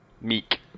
Meek